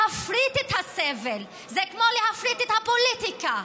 להפריט את הסבל זה כמו להפריט את הפוליטיקה,